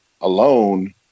alone